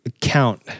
count